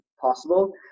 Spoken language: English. possible